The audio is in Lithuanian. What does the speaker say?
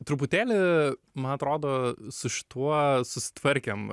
truputėlį man atrodo su šituo susitvarkėm